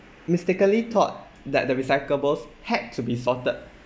mistakenly thought that the recyclables had to be sorted